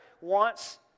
wants